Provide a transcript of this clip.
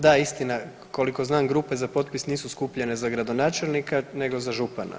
Da istina, koliko znam grupe za potpis nisu skupljane za gradonačelnika nego za župana.